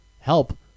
help